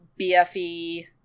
BFE